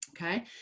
Okay